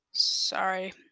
Sorry